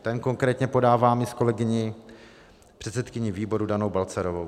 Ten konkrétně podávám i s kolegyní, předsedkyní výboru Danou Balcarovou.